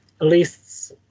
lists